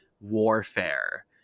warfare